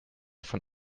von